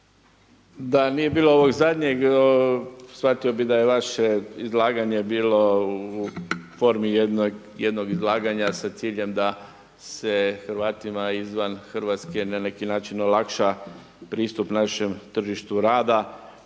Da nije bilo ovog zadnjeg shvatio bi da je vaše izlaganje bilo u formi jednog izlaganja sa ciljem da se Hrvatima izvan Hrvatske na neki način olakša pristup našem tržištu rada,